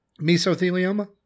Mesothelioma